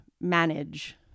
manage